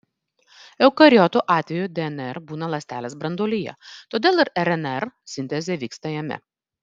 eukariotų atveju dnr būna ląstelės branduolyje todėl ir rnr sintezė vyksta jame